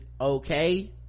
okay